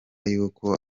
yuko